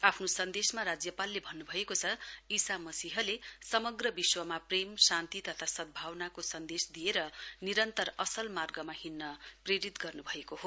आफ्नो सन्देशमा राज्यपालले भन्नुभएको छ ईसा मसीहले समग्र विश्वमा प्रेम शान्ति तथा सदस्भावनाको सन्देश दिएर निरन्तर असल मार्गमा हिडन प्रेरित गर्न्भएको हो